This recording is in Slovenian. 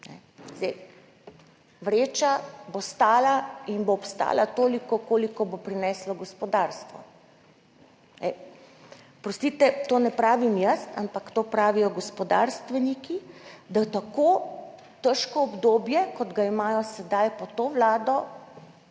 Vreča bo stala in bo obstala toliko, kolikor bo preneslo gospodarstvo. Oprostite, tega ne pravim jaz, ampak to pravijo gospodarstveniki, da tako težkega obdobja, kot ga imajo sedaj pod to vlado,